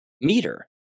meter